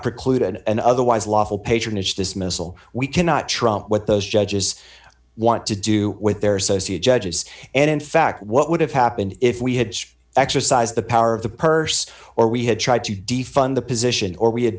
preclude an otherwise lawful patronage dismissal we cannot trump what those judges want to do with their associate judges and in fact what would have happened if we had exercised the power of the purse or we had tried to defund the position or we had